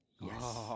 Yes